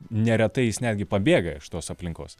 neretai jis netgi pabėga iš tos aplinkos